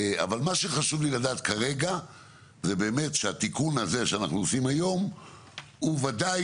חשוב לי לדעת כרגע זה שהתיקון הזה שאנחנו עושים היום הוא ודאי